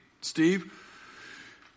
Steve